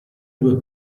due